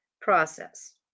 process